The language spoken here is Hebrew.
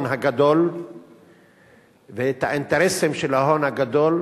הגדול ואת האינטרסים של ההון הגדול,